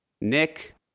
Nick